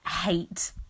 hate